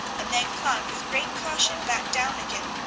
and then climbed with great caution back down again.